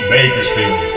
Bakersfield